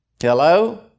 Hello